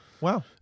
wow